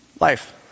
life